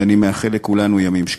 ואני מאחל לכולנו ימים שקטים.